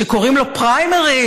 שקוראים לו פריימריז,